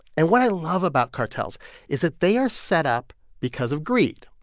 and what i love about cartels is that they are set up because of greed.